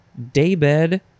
Daybed